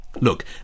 Look